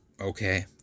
Okay